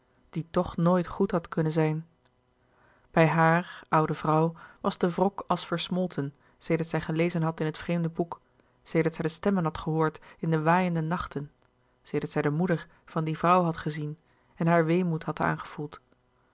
die toch nooit goed had kunnen zijn bij haar oude vrouw was de wrok als versmolten sedert zij gelezen had in het vreemde boek sedert zij de stemmen had gehoord in de waaiende nachten sedert zij de moeder van die vrouw had gezien en haar weemoed had aangevoeld